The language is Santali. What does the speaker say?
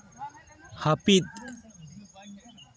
ᱦᱟᱹᱯᱤᱫ